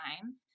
time